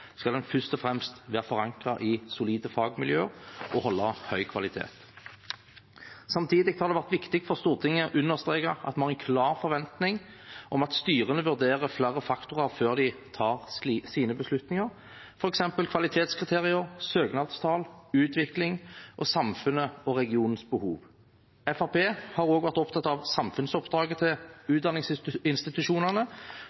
skal den først og fremst være forankret i solide fagmiljøer og holde høy kvalitet. Samtidig har det vært viktig for Stortinget å understreke at man har klar forventning om at styrene vurderer flere faktorer før de tar sine beslutninger, f.eks. kvalitetskriterier, søknadstall, utvikling og samfunnets og regionens behov. Fremskrittspartiet har også vært opptatt av samfunnsoppdraget til